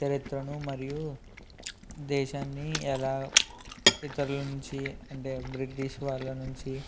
చరిత్రను మరియు దేశాన్ని ఎలా ఇతరుల నుంచి అంటే బ్రిటిష్ వాళ్ళ నుంచి